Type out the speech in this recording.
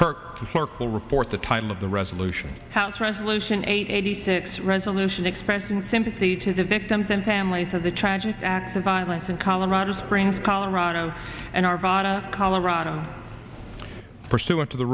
mark will report the title of the resolution house resolution eight eighty six resolution expressing sympathy to the victims and families of the tragic acts of violence in colorado springs colorado and arvada colorado pursuant to the